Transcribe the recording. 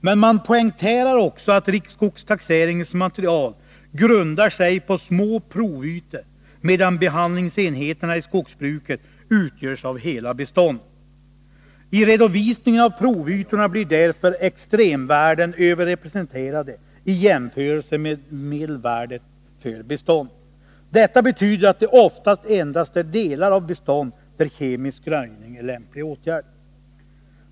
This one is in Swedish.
Men man poängterar också att riksskogstaxeringens material grundar sig på små provytor, medan behandlingsenheterna i skogsbruket utgörs av hela bestånd. I redovisningen av provytorna blir därför extremvärden överrepresenterade i jämförelse med medelvärdet för bestånd. Detta betyder att det oftast endast är på delar av bestånd som kemisk röjning är en lämplig åtgärd.